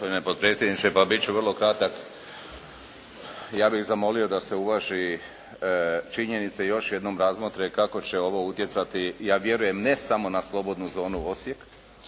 gospodine predsjedniče. Pa bit ću vrlo kratak. Ja bih zamolio da se uvaži činjenica i još jednom razmotre kako će ovo utjecati, ja vjerujem ne samo na slobodnu zonu Osijek